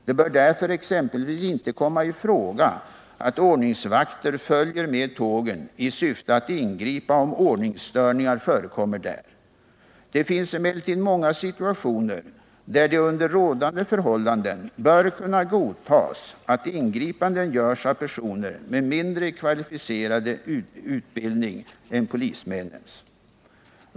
Det bör därför exempelvis inte komma i fråga att ordningsvakter följer med tågen i syfte att ingripa om ordningsstörningar förekommer där. Det finns emellertid många situationer där det under rådande förhållanden bör kunna godtas att ingripanden görs av personer med mindre kvalificerad utbildning än polismännens.